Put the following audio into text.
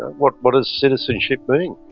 ah what what does citizenship mean?